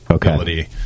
quality